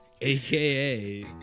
Aka